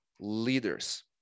leaders